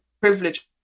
privilege